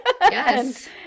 yes